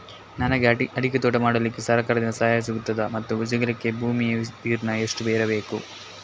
ನನಗೆ ಅಡಿಕೆ ತೋಟ ಮಾಡಲಿಕ್ಕೆ ಸರಕಾರದಿಂದ ಸಹಾಯ ಸಿಗುತ್ತದಾ ಮತ್ತು ಸಿಗಲಿಕ್ಕೆ ಭೂಮಿಯ ವಿಸ್ತೀರ್ಣ ಎಷ್ಟು ಇರಬೇಕು?